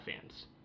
fans